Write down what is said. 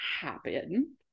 happen